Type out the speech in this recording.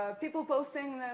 people posting